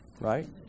right